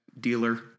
dealer